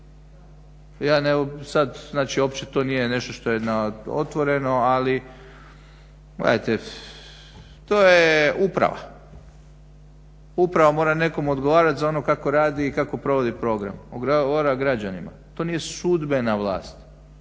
to nije nešto što je otvoreno, ali gledajte to je uprava. Uprava mora nekom odgovarat za ono kako radi i kako provodi program, odgovara